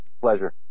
Pleasure